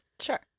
Sure